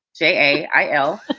j i. l.